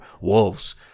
wolves